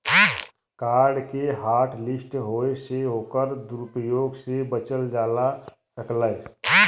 card के hotlist होये से ओकर दुरूप्रयोग से बचल जा सकलै